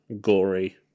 gory